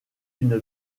une